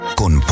con